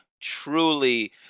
truly